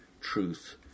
truth